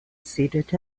seated